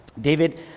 David